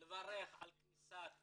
לברך על כניסת